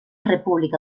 república